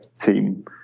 team